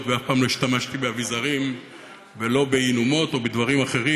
ואף פעם לא השתמשתי באביזרים ולא בהינומות או בדברים אחרים,